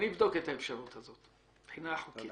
אני אבדוק את האפשרות הזאת מבחינה חוקית.